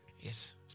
Yes